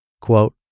Quote